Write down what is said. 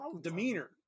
demeanor